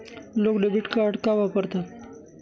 लोक debit card का वापरतात?